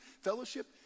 fellowship